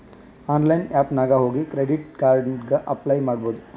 online app ನಾಗ್ ಹೋಗಿ credit card ಗ ಅಪ್ಲೈ ಮಾಡ್ಬೋದು